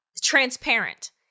transparent